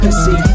see